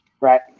right